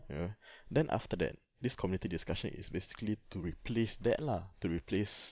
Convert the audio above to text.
you know then after that this community discussion is basically to replace that lah to replace